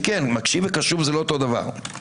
אבל זה לא אותו דבר.